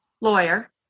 lawyer